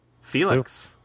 felix